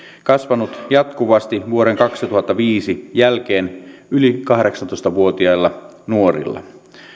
kasvanut jatkuvasti vuoden kaksituhattaviisi jälkeen yli kahdeksantoista vuotiailla nuorilla